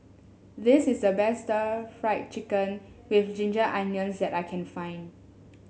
this is the best stir Fry Chicken with Ginger Onions that I can find